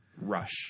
rush